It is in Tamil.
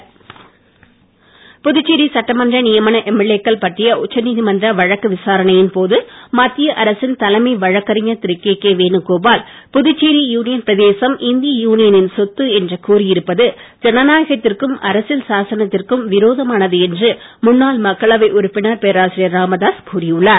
பேராசிரியர் ராமதாஸ் புதுச்சேரி சட்டமன்ற நியமன எம்எல்ஏ க்கள் பற்றிய உச்சநீதிமன்ற வழக்கு விசாரணையின் போது மத்திய அரசின் தலைமை வழக்கறிஞர் திரு கேகே வேணுகோபால் புதுச்சேரி யூனியன் பிரதேசம் இந்திய யூனியனின் சொத்து என்று கூறி இருப்பது ஜனநாயகத்திற்கும் அரசியல் சாசனத்திற்கும் விரோதமானது என்று முன்னாள் மக்களவை உறுப்பினர் பேராசிரியர் ராமதாஸ் கூறி உள்ளார்